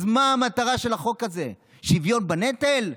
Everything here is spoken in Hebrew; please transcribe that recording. אז מה המטרה של החוק הזה, שוויון בנטל?